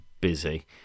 busy